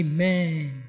Amen